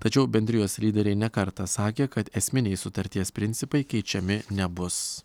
tačiau bendrijos lyderiai ne kartą sakė kad esminiai sutarties principai keičiami nebus